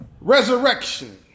Resurrection